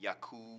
yaku